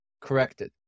corrected